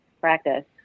practice